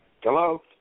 Hello